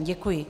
Děkuji.